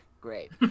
Great